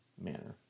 manner